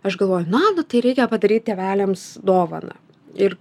aš galvoju na nu tai reikia padaryt tėveliams dovaną ir